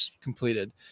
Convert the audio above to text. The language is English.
completed